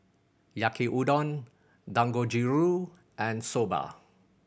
Yaki Udon Dangojiru and Soba